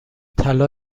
طلا